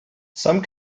some